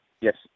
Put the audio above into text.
Yes